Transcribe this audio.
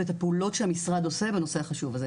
ואת הפעולות שהמשרד עושה בנושא החשוב הזה.